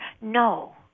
No